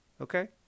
okay